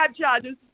charges